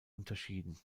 unterschieden